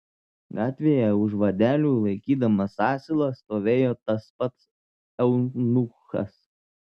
gatvėje už vadelių laikydamas asilą stovėjo tas pats eunuchas